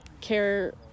care